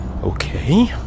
Okay